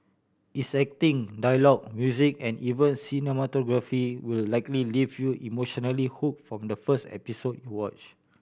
its acting dialogue music and even cinematography will likely leave you emotionally hook from the first episode you watch